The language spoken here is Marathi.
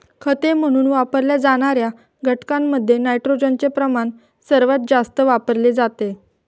खते म्हणून वापरल्या जाणार्या घटकांमध्ये नायट्रोजनचे प्रमाण सर्वात जास्त वापरले जाते